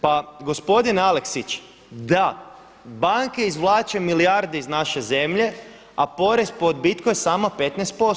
Pa gospodin Aleksić da, banke izvlače milijarde iz naše zemlje, a porez po odbitku je samo 15%